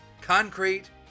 concrete